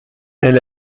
elle